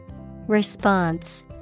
Response